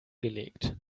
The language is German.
gelegt